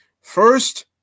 First